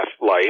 life